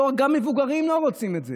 גם מבוגרים לא רוצים את זה.